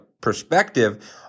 perspective